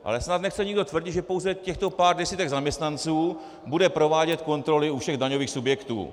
Ale snad nechce nikdo tvrdit, že pouze těchto pár desítek zaměstnanců bude provádět kontroly u všech daňových subjektů?